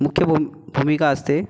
मुख्य भू भूमिका असते